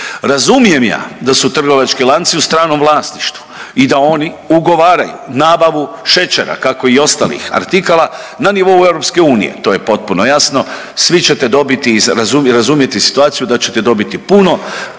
Razumijem ja da su trgovački lanci u stranom vlasništvu i da oni ugovaraju nabavu šećera kako i ostalih artikala na nivou EU. To je potpuno jasno, svi ćete dobiti i razumjeti situaciju da ćete dobiti puno